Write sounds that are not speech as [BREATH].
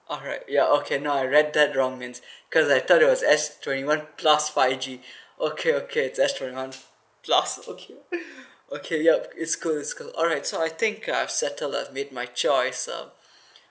alright ya okay now I read that wrong names [BREATH] cause I was thought it was S twenty one plus five G [BREATH] okay okay that's twenty one plus okay [LAUGHS] okay yup it's cool it's cool alright so I think I've settled lah made my choice um [BREATH]